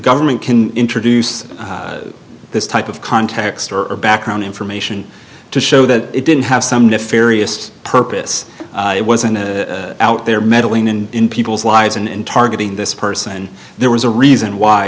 government can introduce this type of context or background information to show that it didn't have some nefarious purpose it wasn't out there meddling in in people's lives and in targeting this person there was a reason why